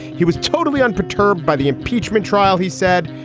he was totally unperturbed by the impeachment trial, he said,